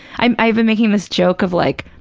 i've i've been making this joke of like,